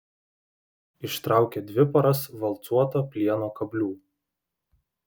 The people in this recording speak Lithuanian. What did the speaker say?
ištraukė dvi poras valcuoto plieno kablių